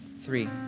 three